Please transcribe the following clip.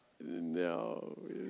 No